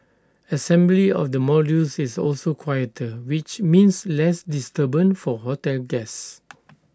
assembly of the modules is also quieter which means less disturbance for hotel guests